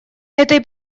этой